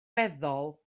weddol